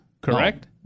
correct